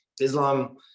Islam